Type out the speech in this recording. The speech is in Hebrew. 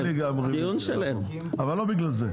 הורדת, אבל לא בגלל זה.